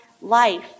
life